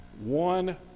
one